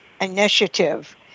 initiative